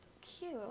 Cute